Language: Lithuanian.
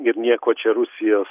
ir nieko čia rusijos